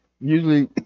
usually